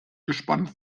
gespannt